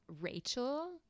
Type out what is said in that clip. Rachel